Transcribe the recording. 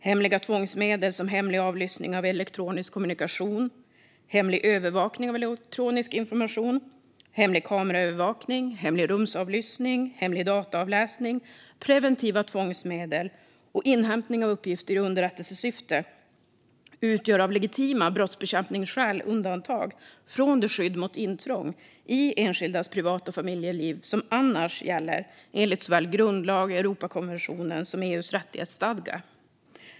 Hemliga tvångsmedel som hemlig avlyssning av elektronisk kommunikation, hemlig övervakning av elektronisk information, hemlig kameraövervakning, hemlig rumsavlyssning, hemlig dataavläsning, preventiva tvångsmedel och inhämtning av uppgifter i underrättelsesyfte utgör av legitima brottsbekämpningsskäl undantag från det skydd mot intrång i enskildas privat och familjeliv som annars gäller enligt såväl grundlag och Europakonventionen som EU:s rättighetsstadga.